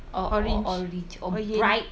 or or orange or bright